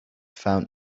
found